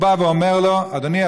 הוא בא ואומר לו: אדוני,